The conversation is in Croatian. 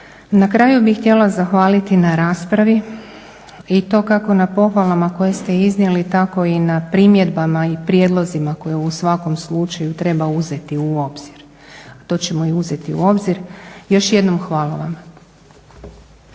Na kraju bih htjela zahvaliti na raspravi i to kako na pohvalama koje ste iznijeli tako i na primjedbama i prijedlozima koje u svakom slučaju treba uzeti u obzir. To ćemo i uzeti u obzir. Još jednom hvala vam.